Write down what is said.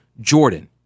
Jordan